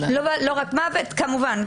כמובן.